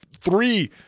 three